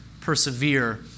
persevere